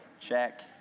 check